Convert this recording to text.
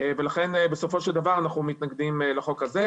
ולכן בסופו של דבר אנחנו מתנגדים לחוק הזה.